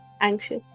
anxious